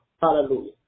Hallelujah